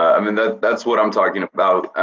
i mean, that's that's what i'm talking about, ah,